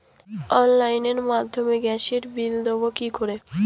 অনলাইনের মাধ্যমে গ্যাসের বিল দেবো কি করে?